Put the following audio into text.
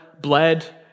bled